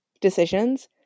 decisions